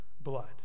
blood